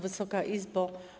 Wysoka Izbo!